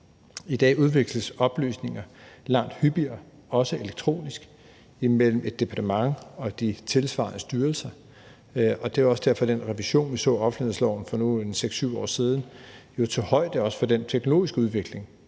I dag udveksles oplysninger langt hyppigere, også elektronisk, imellem et departement og de tilsvarende styrelser, og det er også derfor, at den revision, vi så af offentlighedsloven for nu en 6-7 år siden, jo også tog højde for den teknologiske udvikling,